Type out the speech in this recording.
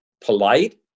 polite